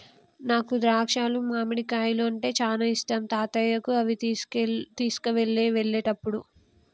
నాకు ద్రాక్షాలు మామిడికాయలు అంటే చానా ఇష్టం తాతయ్యకు అవి తీసుకువెళ్ళు వెళ్ళేటప్పుడు